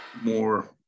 more